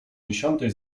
dziesiątej